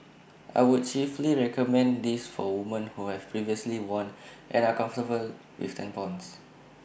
I would chiefly recommend this for women who have previously worn and are comfortable with tampons